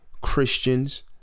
Christians